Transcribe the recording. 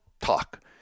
talk